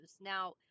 Now